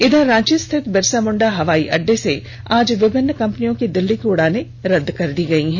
इधर रांची स्थित बिरसा मुंडा हवाई अड्डा से आज विभिन्न कंपनियों की दिल्ली की उड़ाने रद्द कर दी गई है